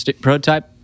Prototype